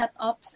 setups